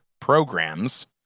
programs